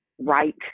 right